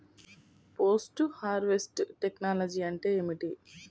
Post harvest technology అంటే ఏమిటి?